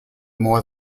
more